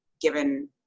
given